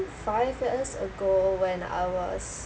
five years ago when I was